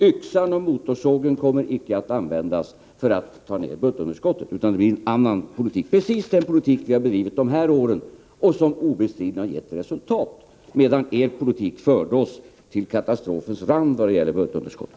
Yxan och motorsågen kommer icke att användas för att få ned budgetunderskottet utan det blir fråga om en annan politik, precis samma politik som vi har bedrivit under de här åren och som obestridligen gett resultat. Er politik däremot förde oss till katastrofens rand vad gäller budgetunderskottet.